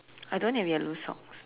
I don't have yellow socks